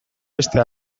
beste